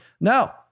No